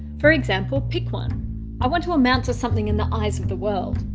for example, pick one i want to amount to something in the eyes of the world.